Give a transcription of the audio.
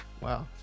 wow